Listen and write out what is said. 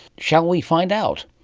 shall we find out?